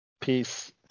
peace